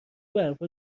برفا